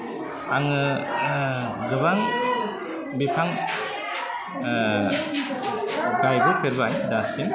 आङो गोबां बिफां गायबो फेरबाय दासिम